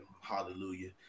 Hallelujah